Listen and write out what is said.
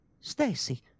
Stacy